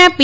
ના પી